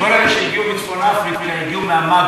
אמרתי בישיבת הממשלה שכל אלה שהגיעו מצפון-אפריקה הגיעו מהמגרב.